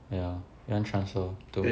ya he want transfer to